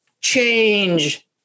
change